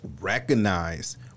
recognize